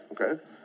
okay